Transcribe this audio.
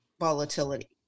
volatility